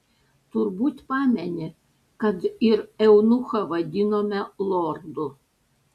turbūt pameni kad ir eunuchą vadinome lordu